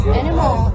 animal